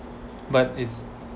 but it's